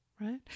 right